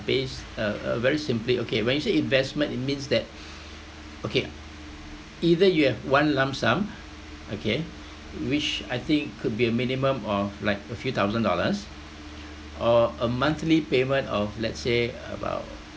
base uh uh very simply okay when you say investment it means that okay either you have one lump sum okay which I think could be a minimum of like a few thousand dollars or a monthly payment of let's say about